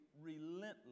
relentless